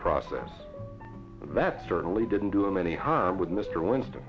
process that certainly didn't do him any harm with mr winston